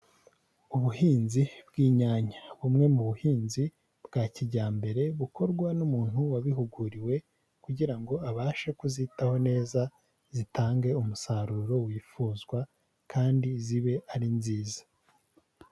Ubuhinzi bw'inyanya bumwe mu buhinzi bwa kijyambere bukorwa n'umuntu wabihuguriwe kugira ngo abashe kuzitaho neza zitange umusaruro wifuzwa kandi zibe ari nziza.